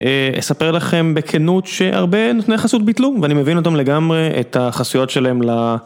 אספר לכם בכנות שהרבה נותני חסות ביטלו ואני מבין אותם לגמרי את החסויות שלהם ל...